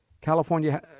California